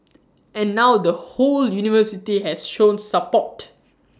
and now the whole university has shown support